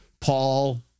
Paul